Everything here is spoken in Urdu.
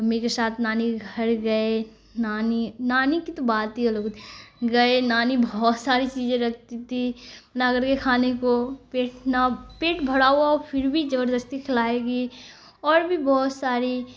امی کے ساتھ نانی کے گھر گئے نانی نانی کی تو بات ہی الگ ہوتی ہے گئے نانی بہت ساری چیزیں رکھتی تھی نہ کر کے کھانے کو پیٹ نہ پیٹ بھرا ہوا پھر بھی زبردستی کھلائے گی اور بھی بہت ساری